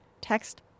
Text